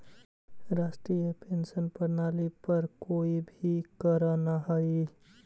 राष्ट्रीय पेंशन प्रणाली पर कोई भी करऽ न हई